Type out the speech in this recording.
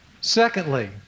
Secondly